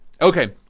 okay